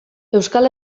euskal